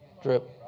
Drip